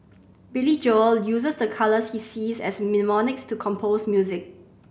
Billy Joel uses the colours he sees as mnemonics to compose music